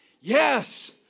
Yes